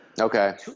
Okay